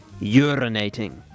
urinating